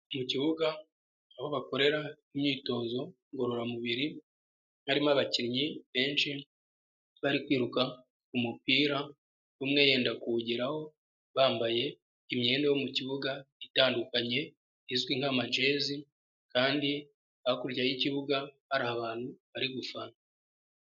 Mu kibuga aho bakorera imyitozo ngororamubiri, harimo abakinnyi benshi bari kwiruka ku mupira, umwe yenda kuwugeraho bambaye imyenda yo mu kibuga itandukanye izwi nk'amajezi kandi hakurya y'ikibuga hari abantu bari gufana.